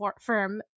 firm